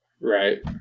Right